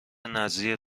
نذریه